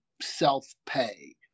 self-pay